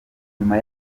nyuma